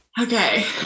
Okay